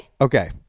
Okay